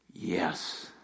Yes